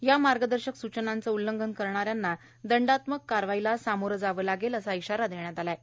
या मार्गदर्शक सूचनांचं उल्लंघन करणाऱ्यांना दंडात्मक कारवाईला सामोरं जावं लागेल असा इशारा देण्यात आला आहे